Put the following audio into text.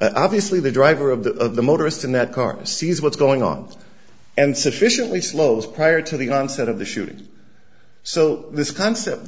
obviously the driver of the motorist in that car sees what's going on and sufficiently slows prior to the onset of the shooting so this concept